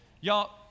Y'all